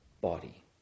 body